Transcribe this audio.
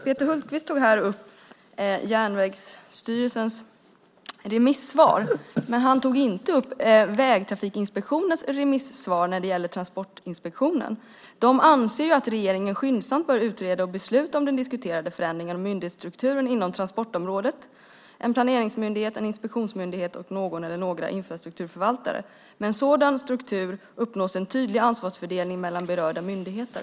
Peter Hultqvist tog upp Järnvägsstyrelsens remissvar beträffande transportinspektionen, men han tog inte upp remissvaret från Vägtrafikinspektionen. De anser nämligen att regeringen skyndsamt bör utreda och besluta om den diskuterade förändringen och myndighetsstrukturen inom transportområdet - en planeringsmyndighet, en inspektionsmyndighet och någon eller några infrastrukturförvaltare. Med en sådan struktur uppnås en tydlig ansvarsfördelning mellan berörda myndigheter.